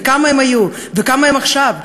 וכמה הם היו וכמה הם עכשיו,